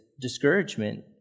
discouragement